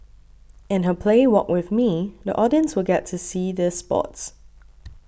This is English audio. in her play Walk with Me the audience will get to see these spots